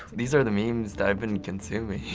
these are the memes that i've been consuming,